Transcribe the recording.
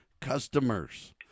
customers